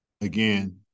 again